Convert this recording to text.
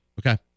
Okay